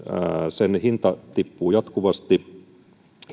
sen hinta tippuu jatkuvasti